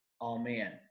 Amen